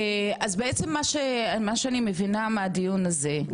אז בעצם מה שאני מבינה מהדיון הזה,